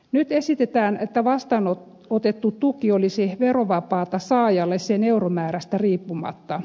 nyt esitetään että vastaanotettu tuki olisi verovapaata saajalle sen euromäärästä riippumatta